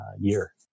year